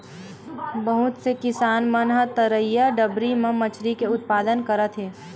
बहुत से किसान मन ह तरईया, डबरी म मछरी के उत्पादन करत हे